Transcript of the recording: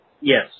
Yes